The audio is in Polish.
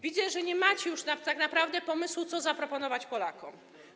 Widzę, że nie macie już tak naprawdę pomysłu, co zaproponować Polakom.